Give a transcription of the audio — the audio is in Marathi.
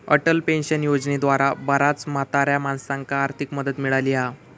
अटल पेंशन योजनेद्वारा बऱ्याच म्हाताऱ्या माणसांका आर्थिक मदत मिळाली हा